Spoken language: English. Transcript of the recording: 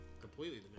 Completely